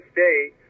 State